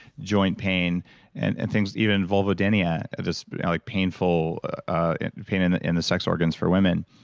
joint pain and and things even vulvodynia, just like painful and pain in the in the sex organs for women.